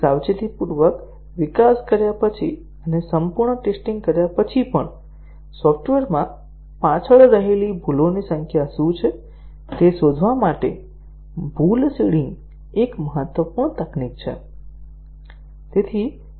સાવચેતીપૂર્વક વિકાસ કર્યા પછી અને સંપૂર્ણ ટેસ્ટીંગ કર્યા પછી પણ સોફ્ટવેરમાં પાછળ રહેલી ભૂલોની સંખ્યા શું છે તે શોધવા માટે ભૂલ સીડિંગ એ એક મહત્વપૂર્ણ તકનીક છે